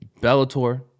Bellator